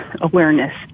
awareness